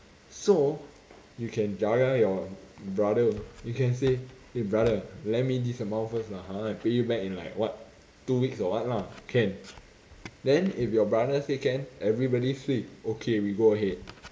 so you can jaga your brother you can say eh brother lend me this amount first lah ha I pay you back in like what two weeks or like what lah can then if your brother say can everybody swee okay we go ahead